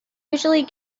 usually